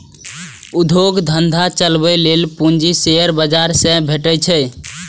उद्योग धंधा चलाबै लेल पूंजी शेयर बाजार सं भेटै छै